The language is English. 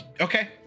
Okay